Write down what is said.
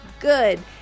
good